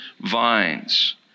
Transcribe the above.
vines